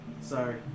Sorry